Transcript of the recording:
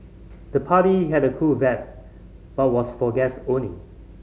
the party had a cool vibe but was for guest only